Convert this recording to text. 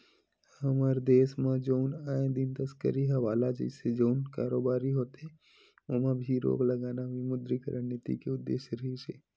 हमर देस म जउन आए दिन तस्करी हवाला जइसे जउन कारोबारी होथे ओमा भी रोक लगाना विमुद्रीकरन नीति के उद्देश्य रिहिस हे